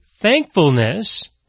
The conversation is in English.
thankfulness